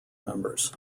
members